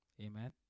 Amen